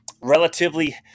relatively